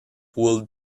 would